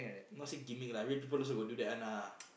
not say gimmick lah real people also got do that one ah